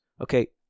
Okay